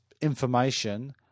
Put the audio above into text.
information